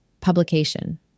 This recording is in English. Publication